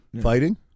fighting